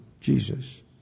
Jesus